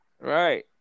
Right